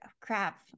crap